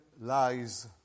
lies